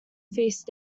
feast